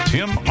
Tim